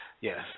yes